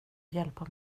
hjälpa